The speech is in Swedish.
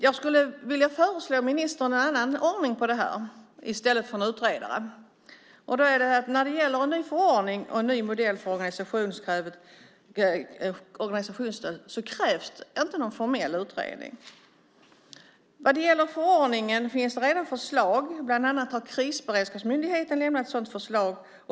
Jag skulle vilja föreslå ministern en annan ordning, i stället för en utredare. När det gäller en ny förordning och en ny modell för organisationsstöd krävs det inte någon formell utredning. Vad gäller förordningen finns det redan förslag. Bland annat har Krisberedskapsmyndigheten lämnat ett sådant förslag.